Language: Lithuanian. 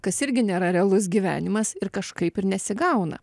kas irgi nėra realus gyvenimas ir kažkaip ir nesigauna